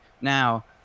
now